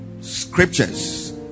scriptures